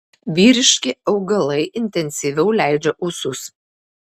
vyriški augalai intensyviau leidžia ūsus